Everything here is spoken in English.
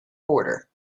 border